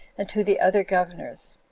and to the other governors.